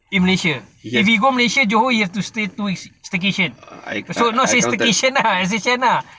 in malaysia if we go malaysia johor you have to stay two weeks staycation so not say staycation lah